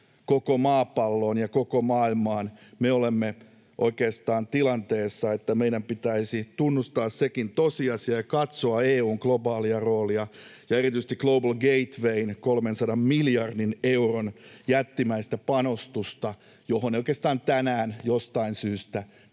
koko maapalloon ja koko maailmaan. Me olemme oikeastaan tilanteessa, että meidän pitäisi tunnustaa sekin tosiasia ja katsoa EU:n globaalia roolia ja erityisesti Global Gatewayn 300 miljardin euron jättimäistä panostusta, johon ei oikeastaan tänään jostain syystä